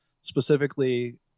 specifically